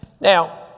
Now